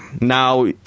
now